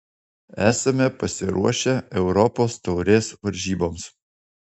esame pasiruošę europos taurės varžyboms